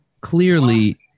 clearly